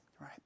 right